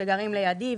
שגרים לידי,